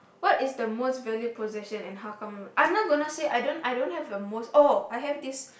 what is the most valued possession and how come I'm not gonna say I don't I don't have a most oh I have this